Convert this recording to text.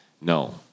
No